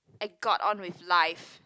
I got on with life